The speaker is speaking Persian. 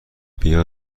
بیا